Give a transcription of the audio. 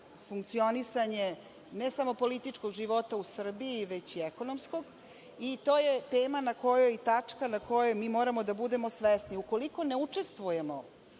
funkcionisanje, ne samo političkog života u Srbiji, već i ekonomskog. To je tema na kojoj i tačka na kojoj mi moramo da budemo svesni. Ukoliko ne učestvujemo